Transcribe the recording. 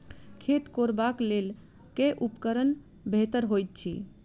खेत कोरबाक लेल केँ उपकरण बेहतर होइत अछि?